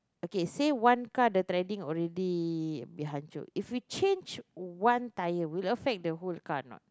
okay say one car the treading already a bit hancur if we change one tire will affect the whole car or not